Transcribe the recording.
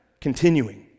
continuing